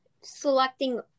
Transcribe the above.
selecting